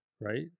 right